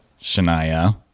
Shania